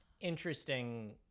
interesting